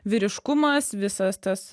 vyriškumas visas tas